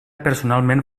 personalment